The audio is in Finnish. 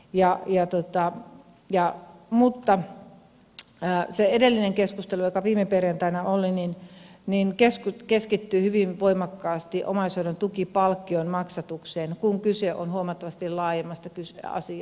ja viatonta ja muualla mutta se edellinen keskustelu joka viime perjantaina oli keskittyi hyvin voimakkaasti omaishoidon tukipalkkion maksatukseen kun kyse on huomattavasti laajemmasta asiasta